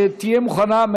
שתהיה מוכנה,